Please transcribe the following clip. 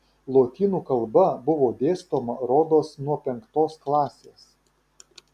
lotynų kalba buvo dėstoma rodos nuo penktos klasės